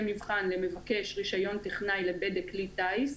מבחן למבקש רישיון טכנאי לבדק כלי טיס,